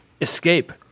Escape